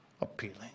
appealing